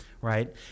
right